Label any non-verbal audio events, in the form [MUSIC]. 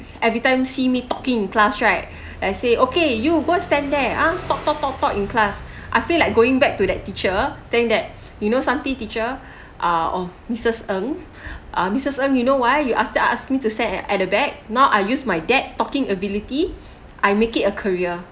every time see me talking in class right [BREATH] I say okay you both stand there ah talk talk talk in class [BREATH] I feel like going back to that teacher telling that you know something teacher [BREATH] ah or missus Ng [BREATH] uh missus Ng you know why you ask you ask me to stand at at the back now I use my that talking ability I make it a career